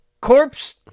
Corpse